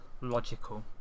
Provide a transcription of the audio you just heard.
logical